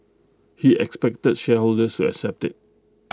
he expected shareholders to accept IT